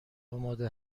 آماده